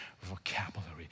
vocabulary